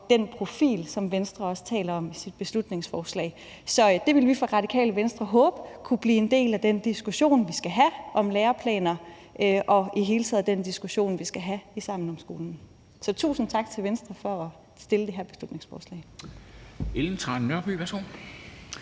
den profil, som Venstre også taler om i sit beslutningsforslag. Så det vil vi fra Radikale Venstres side håbe kunne blive en del af den diskussion, vi skal have om læreplaner, og i det hele taget af den diskussion, vi skal have i forhold til »Sammen om skolen«. Så tusind tak til Venstre for at fremsætte det her beslutningsforslag.